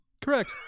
Correct